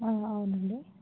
అవునండి